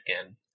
again